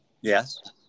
yes